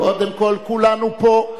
קודם כול, כולנו פה.